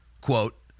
quote